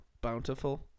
bountiful